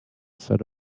said